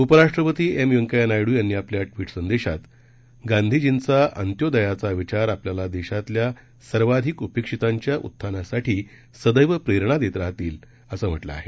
उपराष्ट्रपती एम व्यंकय्या नायड्र यांनी आपल्या ट्वीट संदेशात गांधीजींचा अंत्योदयाचा विचार आपल्याला देशातल्या सर्वाधिक उपेक्षितांच्या उत्थानासाठी सदैव प्रेरणा देत राहतील असं म्हटलं आहे